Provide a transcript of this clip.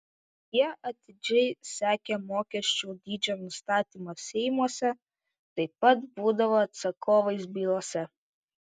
jie atidžiai sekė mokesčių dydžio nustatymą seimuose taip pat būdavo atsakovais bylose